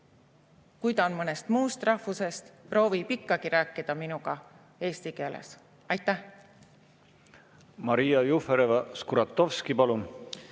kui ta on mõnest muust rahvusest, proovib ikkagi rääkida minuga eesti keeles. Suur